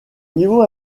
niveau